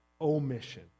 omission